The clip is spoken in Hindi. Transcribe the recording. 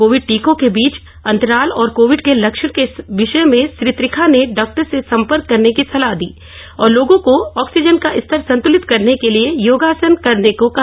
कोविड टीकों के बीच अंतराल और कोविड के लक्षण के विषय में श्री त्रिखा ने डॉक्टर से संपर्क करने की सलाह दी और लोगों को ऑक्सीजन का स्तर संतुलित करने के लिए योगासन करने को कहा